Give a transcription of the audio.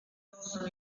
possono